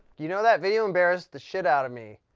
you know that video embarrassed the shit out me.